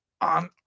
on